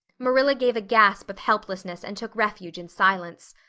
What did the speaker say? marilla gave a gasp of helplessness and took refuge in silence.